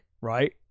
Right